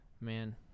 Man